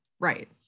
Right